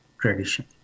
tradition